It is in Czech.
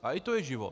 A i to je život.